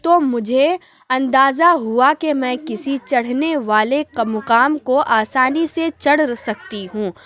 تو مجھے اندازہ ہوا کہ میں کسی چڑھنے والے کا مقام کو آسانی سے چڑھ سکتی ہوں